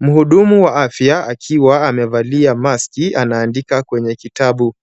Mhudumu wa afya, akiwa amevalia maski , anaandika kwenye kitabu.